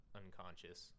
unconscious